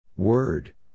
Word